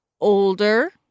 older